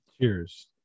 Cheers